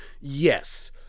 yes